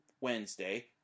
Wednesday